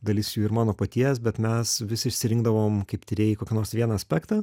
dalis jų ir mano paties bet mes vis išsirinkdavom kaip tyrėjai kokį nors vieną aspektą